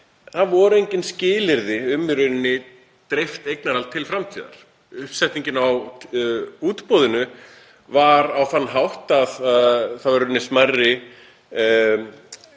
það voru engin skilyrði um dreift eignarhald til framtíðar. Uppsetningin á útboðinu var á þann hátt að það voru í